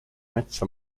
metsa